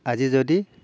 আজি যদি